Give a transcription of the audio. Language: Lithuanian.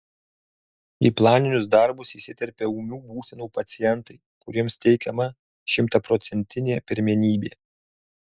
į planinius darbus įsiterpia ūmių būsenų pacientai kuriems teikiama šimtaprocentinė pirmenybė